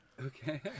Okay